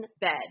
bed